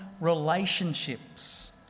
relationships